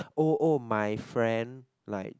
oh oh my friend like